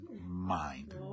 mind